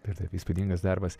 taip taip įspūdingas darbas